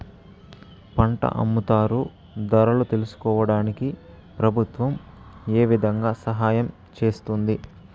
పంట అమ్ముతారు ధరలు తెలుసుకోవడానికి ప్రభుత్వం ఏ విధంగా సహాయం చేస్తుంది?